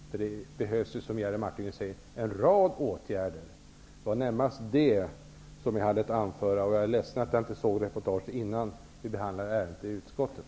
Det behövs ju, som Jerry Martinger säger, en rad åtgärder. Det var närmast det jag hade att anföra. Jag är ledsen att jag inte såg reportaget innan vi behandlade ärendet i utskottet.